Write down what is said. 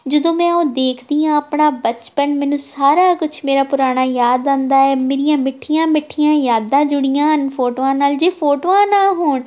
ਜਦੋਂ ਮੈਂ ਉਹ ਦੇਖਦੀ ਹਾਂ ਆਪਣਾ ਬਚਪਨ ਮੈਨੂੰ ਸਾਰਾ ਕੁਝ ਮੇਰਾ ਪੁਰਾਣਾ ਯਾਦ ਆਉਂਦਾ ਹੈ ਮੇਰੀਆਂ ਮਿੱਠੀਆਂ ਮਿੱਠੀਆਂ ਯਾਦਾਂ ਜੁੜੀਆਂ ਹਨ ਫੋਟੋਆਂ ਨਾਲ ਜੇ ਫੋਟੋਆਂ ਨਾ ਹੋਣ